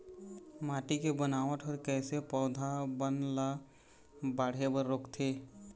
माटी के बनावट हर कइसे पौधा बन ला बाढ़े बर रोकथे?